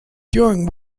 during